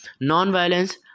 Non-violence